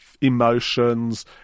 emotions